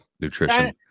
nutrition